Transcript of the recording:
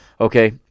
Okay